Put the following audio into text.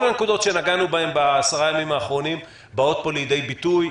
כל הנקודות שנגענו בהן בעשרה הימים האחרונים באות פה לידי ביטוי.